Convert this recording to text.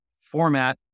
format